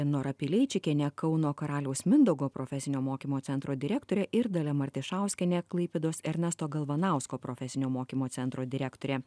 nora pileičikienė kauno karaliaus mindaugo profesinio mokymo centro direktorė ir dalia martišauskienė klaipėdos ernesto galvanausko profesinio mokymo centro direktorė